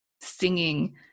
singing